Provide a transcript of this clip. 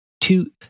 two